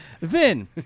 Vin